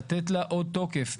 לתת לה עוד תוקף.